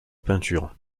peinture